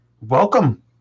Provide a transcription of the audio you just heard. welcome